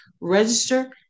register